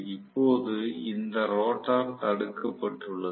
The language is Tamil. இப்போது இந்த ரோட்டார் தடுக்கப்பட்டுள்ளது